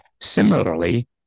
Similarly